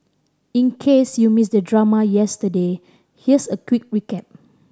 in case you missed the drama yesterday here's a quick recap